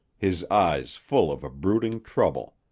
his eyes full of a brooding trouble.